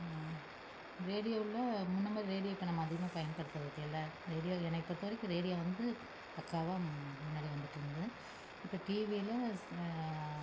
ரேடியோவில் முன்னே மாதிரி ரேடியோ இப்போ நம்ம அதிகமாக பயன்படுத்துகிறது இல்லை ரேடியோ என்னைய பொறுத்தவரைக்கும் ரேடியோ வந்து பக்காவா முன்னடி வந்துட்டு இருந்துது இப்போ டிவியில் ச